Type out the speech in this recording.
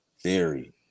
Theory